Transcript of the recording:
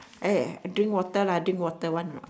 eh I drink water lah drink water want or not